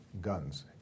guns